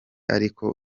ariko